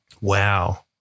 Wow